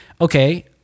okay